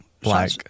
black